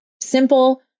simple